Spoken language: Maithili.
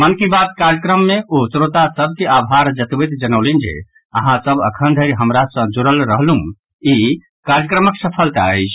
मन की बात कार्यक्रम मे ओ श्रोता सभ के आभार जतवैत जनौलनि जे अहां सभ अखन धरि हमरा सॅ जुड़ल रहलू ई कार्यक्रमक सफलता अछि